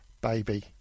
Baby